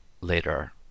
later